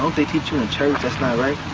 they teach you in and so you know right?